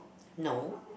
no